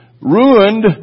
ruined